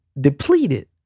depleted